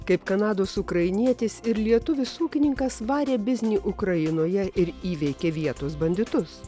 kaip kanados ukrainietis ir lietuvis ūkininkas varė biznį ukrainoje ir įveikė vietos banditus